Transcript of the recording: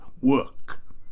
work